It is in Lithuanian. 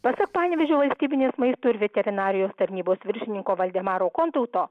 pasak panevėžio valstybinės maisto ir veterinarijos tarnybos viršininko valdemaro kontauto